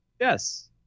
yes